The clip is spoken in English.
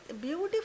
beautiful